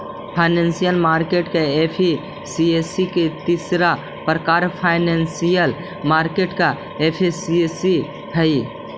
financial market efficiency के तीसरा प्रकार इनफॉरमेशनल मार्केट एफिशिएंसी हइ